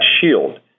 shield